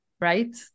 right